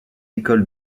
école